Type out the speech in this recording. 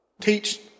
teach